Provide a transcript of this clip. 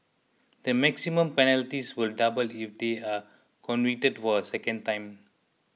the maximum penalties will double if they are convicted for a second time